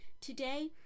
today